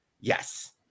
yes